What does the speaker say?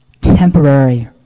temporary